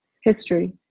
History